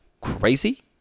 crazy